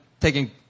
taking